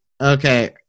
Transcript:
Okay